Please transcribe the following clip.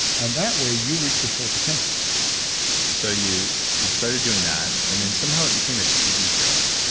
and that way, you reach your full potential so you you started doing that and then somehow, it became a tv show.